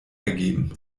ergeben